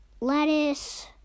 lettuce